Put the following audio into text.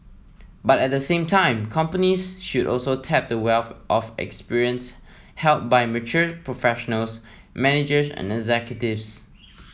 but at the same time companies should also tap the wealth of experience held by mature professionals managers and executives